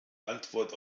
antwort